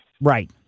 Right